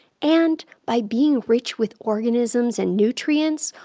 and by being rich with organisms and nutrients,